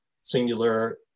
singular